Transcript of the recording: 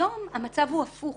היום המצב הוא הפוך.